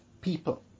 people